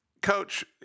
Coach